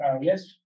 yes